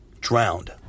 drowned